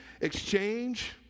exchange